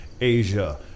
Asia